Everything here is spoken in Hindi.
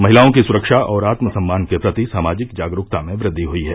महिलाओं की सुरक्षा और आत्मसम्मान के प्रति सामाजिक जागरूकता में वृद्धि ह्यी है